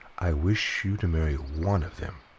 i wish you to marry one of them,